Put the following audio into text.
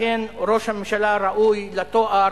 לכן ראש הממשלה ראוי לתואר